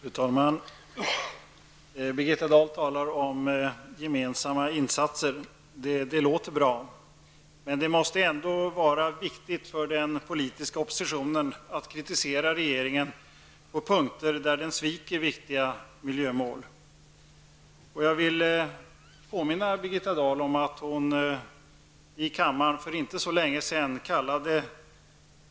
Fru talman! Birgitta Dahl talar om gemensamma insatser. Det låter bra, men det måste ändå vara viktigt för den politiska oppositionen att få kritisera regeringen på punkter där denna sviker viktiga miljömål. Jag vill påminna Birgitta Dahl om att hon för inte så länge sedan här i kammaren kallade